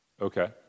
Okay